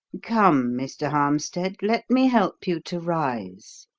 come, mr. harmstead, let me help you to rise,